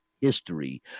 history